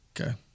Okay